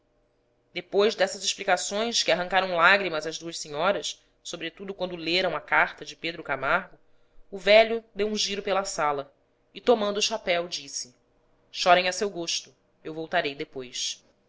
depois destas explicações que arrancaram lágrimas às duas senhoras sobretudo quando leram a carta de pedro camargo o velho deu um giro pela sala e tomando o chapéu disse chorem a seu gosto eu voltarei depois